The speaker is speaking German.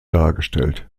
dargestellt